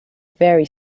very